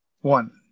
One